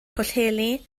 pwllheli